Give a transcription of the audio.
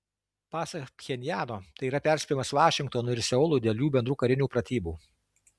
pasak pchenjano tai yra perspėjimas vašingtonui ir seului dėl jų bendrų karinių pratybų